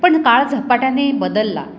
पण काळ झपाट्याने बदलला